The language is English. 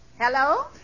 Hello